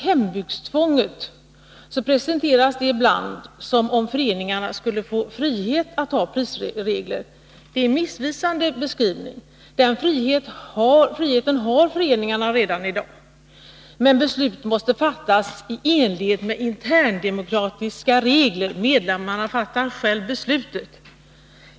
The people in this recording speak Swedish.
Hembudstvånget presenteras ibland som om föreningarna skulle få frihet att ha prisregler. Det är en missvisande beskrivning. Den friheten har föreningarna redan i dag, men beslut måste fattas i enlighet med interndemokratiska regler. Medlemmarna fattar själva besluten.